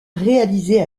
réalisées